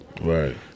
right